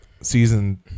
season